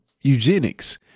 eugenics